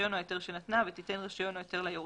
הרישיון או ההיתר שנתנה ותיתן רישיון או היתר ליורש.